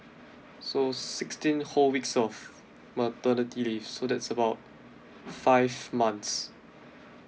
so sixteen whole weeks of maternity leave so that's about five months